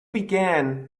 began